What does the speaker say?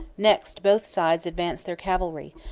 next, both sides advanced their cavalry,